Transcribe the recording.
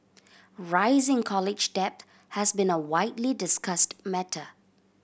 rising college debt has been a widely discussed matter